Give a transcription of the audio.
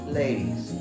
ladies